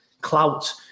clout